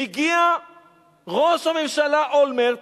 מגיע ראש הממשלה אולמרט,